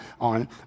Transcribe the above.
on